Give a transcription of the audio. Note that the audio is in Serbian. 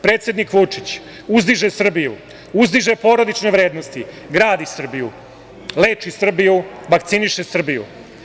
Predsednik Vučić uzdiže Srbiju, uzdiže porodične vrednosti, gradi Srbiju, leči Srbiju, vakciniše Srbiju.